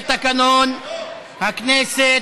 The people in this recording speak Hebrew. לגבי תקנון הכנסת,